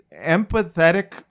empathetic